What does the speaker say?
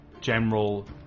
general